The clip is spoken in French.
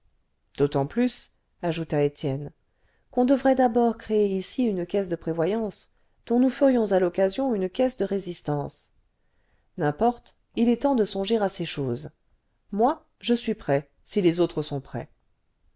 d'autant plus ajouta étienne qu'on devrait d'abord créer ici une caisse de prévoyance dont nous ferions à l'occasion une caisse de résistance n'importe il est temps de songer à ces choses moi je suis prêt si les autres sont prêts